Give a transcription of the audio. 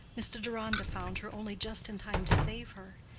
mr. deronda found her only just in time to save her.